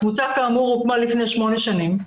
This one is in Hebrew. הקבוצה כאמור הוקמה לפני שמונה שנים.